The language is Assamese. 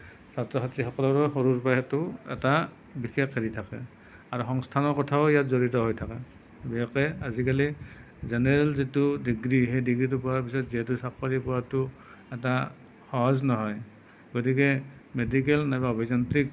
ছাত্ৰ ছাত্ৰীসকলৰ সৰুৰে পৰাই সেইটো এটা বিশেষ হেৰি থাকে আৰু সংস্থানৰ কথাও ইয়াত জড়িত হৈ থাকে বিশেষকৈ আজিকালি জেনেৰেল যিটো ডিগ্ৰী সেই ডিগ্ৰীটো পঢ়াৰ পিছত যিহেতু চাকৰি পোৱাটো এটা সহজ নহয় গতিকে মেডিকেল নাইবা অভিযান্ত্ৰিক